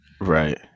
Right